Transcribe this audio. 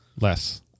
Less